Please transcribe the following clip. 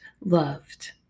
loved